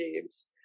games